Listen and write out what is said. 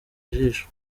ijisho